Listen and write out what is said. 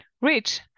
Rich